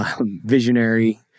visionary